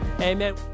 Amen